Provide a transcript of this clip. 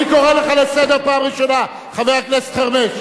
חבר הכנסת חרמש.